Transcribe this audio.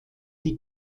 die